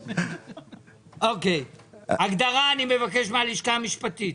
אוקיי, אני מבקש הגדרה מהלשכה המשפטית.